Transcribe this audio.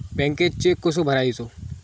बँकेत चेक कसो भरायचो?